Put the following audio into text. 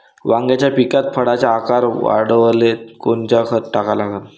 वांग्याच्या पिकात फळाचा आकार वाढवाले कोनचं खत टाका लागन?